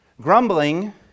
Grumbling